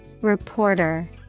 Reporter